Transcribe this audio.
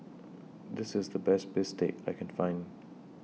This IS The Best Bistake that I Can Find